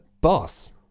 boss